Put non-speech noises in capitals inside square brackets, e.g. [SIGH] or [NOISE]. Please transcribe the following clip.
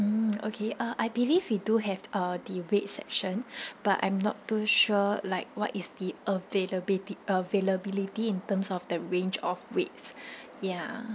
mm [NOISE] okay uh I believe we do have uh debate section [BREATH] but I'm not too sure like what is the availability availability in terms of the range of width [BREATH] ya